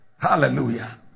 Hallelujah